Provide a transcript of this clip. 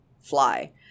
fly